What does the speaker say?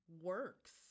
works